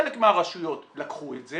חלק מהרשויות לקחו את זה